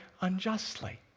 unjustly